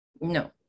No